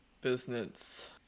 business